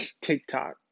TikTok